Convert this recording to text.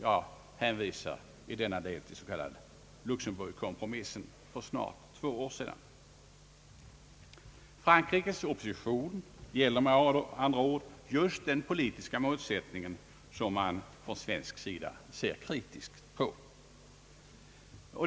Jag hänvisar i denna del till den s.k. Luxembourg-kompromissen för snart två år sedan. Frankrikes opposition gäller med andra ord just den politiska målsättningen, som man från svensk sida på sina håll ser kritiskt på.